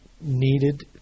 needed